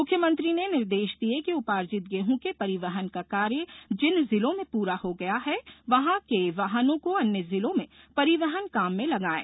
मुख्यमंत्री ने निर्देश दिए कि उपार्जित गेहूँ के परिवहन का कार्य जिन जिलों में पूरा हो गया है वहां के वाहनों को अन्य जिलों में परिवहन काम में लगाएं